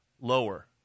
lower